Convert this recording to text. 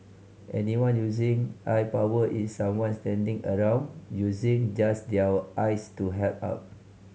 anyone using eye power is someone standing around using just their eyes to help out